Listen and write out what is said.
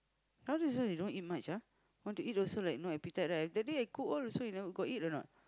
nowadays also you don't eat much ah want to eat also like no appetite right that day I cook all you also got eat or not